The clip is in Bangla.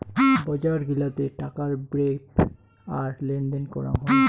বজার গিলাতে টাকার বেপ্র আর লেনদেন করাং হই